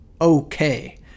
okay